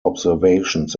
observations